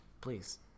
Please